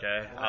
Okay